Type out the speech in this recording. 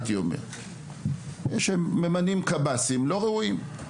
כי הם ממנים קב״סים לא ראויים.